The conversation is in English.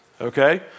okay